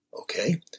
Okay